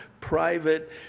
private